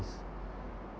s~